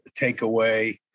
takeaway